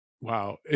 wow